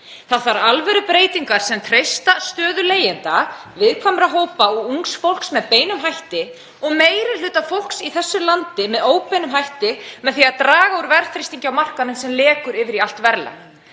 Það þarf alvörubreytingar sem treysta stöðu leigjenda, viðkvæmra hópa og ungs fólks með beinum hætti og meiri hluta fólks í þessu landi með óbeinum hætti, með því að draga úr verðþrýstingi á markaðnum sem lekur yfir í allt verðlag.